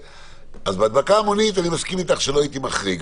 אז בהדבקה המונית אני מסכים איתך שלא הייתי מחריג.